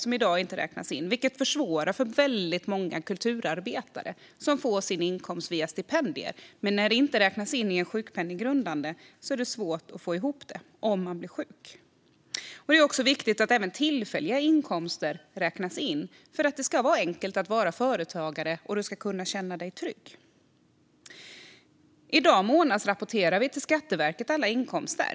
De räknas inte in i dag, vilket försvårar för väldigt många kulturarbetare som får sin inkomst via stipendier. Men då dessa inte räknas in som sjukpenninggrundande inkomst blir det svårt att få ihop det hela om man blir sjuk. Det är också viktigt att även tillfälliga inkomster räknas in. Det ska vara enkelt att vara företagare, och man ska kunna känna sig trygg. I dag månadsrapporteras alla inkomster till Skatteverket.